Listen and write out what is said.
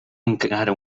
encara